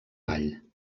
vall